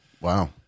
Wow